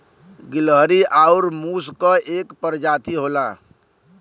गिलहरी आउर मुस क एक परजाती होला